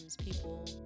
people